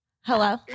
Hello